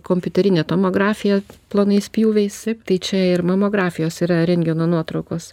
kompiuterinė tomografija plonais pjūviais tai čia ir mamografijos yra rentgeno nuotraukos